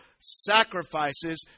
sacrifices